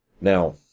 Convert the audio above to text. Now